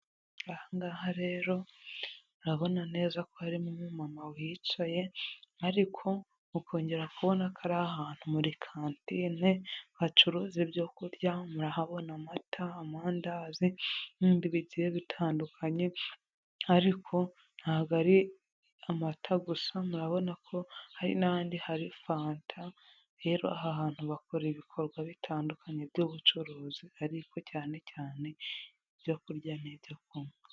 Aha ngaha rero urabona neza ko harimo umumama wicaye, ariko ukongera kubona ko ari ahantu muri kantine bacuruza ibyo kurya, murahabona amata, amandazi n'ibindi bigiye bitandukanye, ariko ntabwo ari amata gusa murabona ko hari n'ahandi hari fanta, rero aha hantu bakora ibikorwa bitandukanye by'ubucuruzi ariko cyane cyane ibyo kurya n'ibyo kunywa.